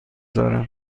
دارم